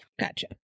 Gotcha